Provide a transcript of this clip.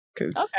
Okay